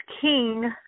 king